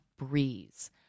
breeze